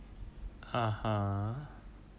(uh huh)